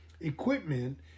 equipment